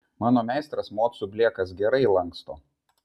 mano meistras mocų blėkas gerai lanksto